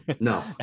No